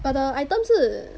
but the items 是